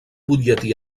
butlletí